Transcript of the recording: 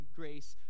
grace